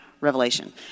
Revelation